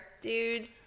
dude